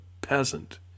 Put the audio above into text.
peasant